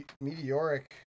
meteoric